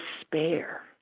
despair